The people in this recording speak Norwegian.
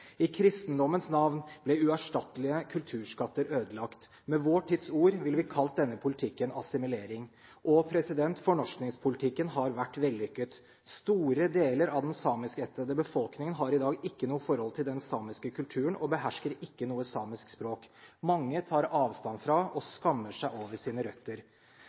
I kristendommens navn ble uerstattelige kulturskatter ødelagt. Med vår tids ord ville vi kalt denne politikken assimilering. Fornorskningspolitikken har vært vellykket: Store deler av den samiskættede befolkningen har i dag ikke noe forhold til den samiske kulturen og behersker ikke noe samisk språk. Mange tar avstand fra og skammer seg over sine røtter.